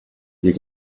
you